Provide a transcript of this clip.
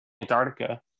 Antarctica